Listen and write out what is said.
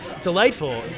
delightful